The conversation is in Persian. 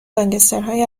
گانگسترهای